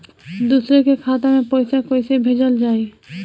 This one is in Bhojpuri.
दूसरे के खाता में पइसा केइसे भेजल जाइ?